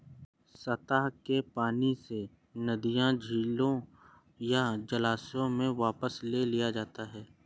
सतह के पानी से नदियों झीलों या जलाशयों से वापस ले लिया जाता है